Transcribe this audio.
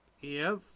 Yes